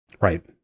Right